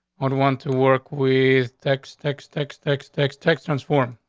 would want to work with text, text, text, text, text, text transform.